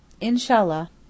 Inshallah